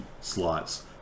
slots